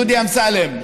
דודי אמסלם.